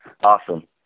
Awesome